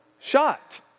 shot